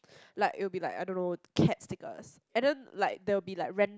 like it'll be like I don't know cats stickers and then like there'l be like ran~